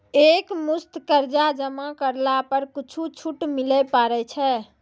एक मुस्त कर्जा जमा करला पर कुछ छुट मिले पारे छै?